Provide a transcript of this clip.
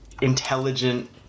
intelligent